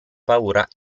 paura